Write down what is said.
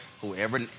whoever